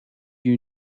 you